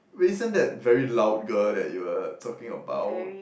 wait isn't that very loud girl that you were talking about